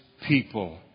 people